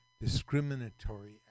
discriminatory